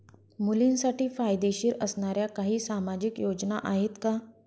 मुलींसाठी फायदेशीर असणाऱ्या काही सामाजिक योजना आहेत का?